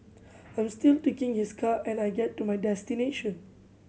I'm still taking his car and I get to my destination